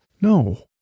No